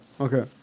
Okay